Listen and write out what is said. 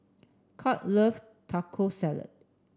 Kurt love Taco Salad